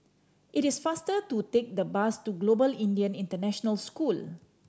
it is faster to take the bus to Global Indian International School